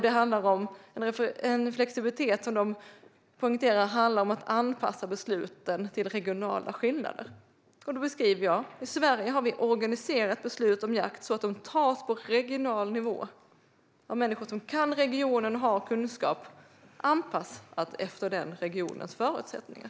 Det är en flexibilitet som handlar om att anpassa besluten till regionala skillnader. I Sverige har vi organiserat beslut om jakt så att de tas på regional nivå av människor som kan regionen och har kunskap, anpassat efter regionens förutsättningar.